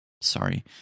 sorry